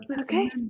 Okay